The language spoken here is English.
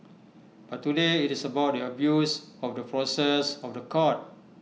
but today IT is about the abuse of the process of The Court